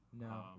No